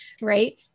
right